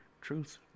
Truth